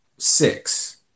six